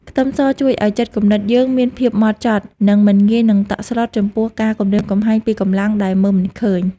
ខ្ទឹមសជួយឱ្យចិត្តគំនិតយើងមានភាពហ្មត់ចត់និងមិនងាយនឹងតក់ស្លុតចំពោះការគំរាមកំហែងពីកម្លាំងដែលមើលមិនឃើញ។